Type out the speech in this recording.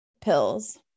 pills